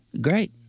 Great